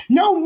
no